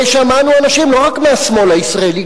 ושמענו אנשים לא רק מהשמאל הישראלי,